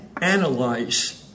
analyze